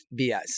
BS